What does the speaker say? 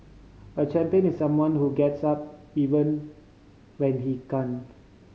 a champion is someone who gets up even when he can't